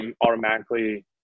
automatically